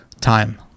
time